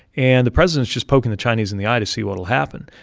and the president's just poking the chinese in the eye to see what will happen,